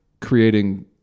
creating